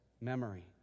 memory